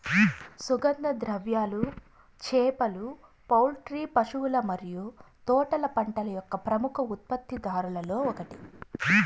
సుగంధ ద్రవ్యాలు, చేపలు, పౌల్ట్రీ, పశువుల మరియు తోటల పంటల యొక్క ప్రముఖ ఉత్పత్తిదారులలో ఒకటి